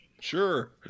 Sure